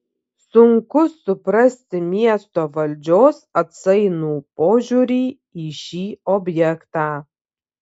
sunku suprasti miesto valdžios atsainų požiūrį į šį objektą